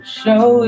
show